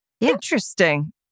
Interesting